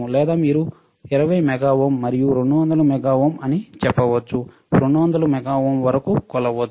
లేదా మీరు 20 mega ohm మరియు 200 మెగా ఓం అని చెప్పవచ్చు 200 మెగా ఓం వరకు కొలవచ్చు